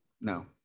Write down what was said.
no